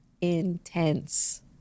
intense